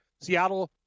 Seattle